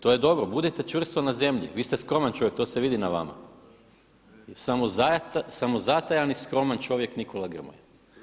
To je dobro, budite čvrsto na zemlji, vi ste skroman čovjek, to se vidi na vama, samozatajan i skroman čovjek Nikola Grmoja.